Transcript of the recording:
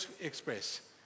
express